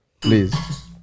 Please